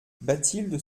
bathilde